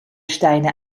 steine